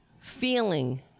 feeling